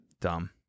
dumb